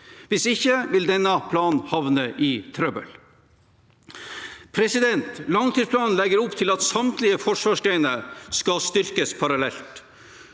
Hvis ikke vil denne planen havne i trøbbel. Langtidsplanen legger opp til at samtlige forsvarsgrener skal styrkes parallelt.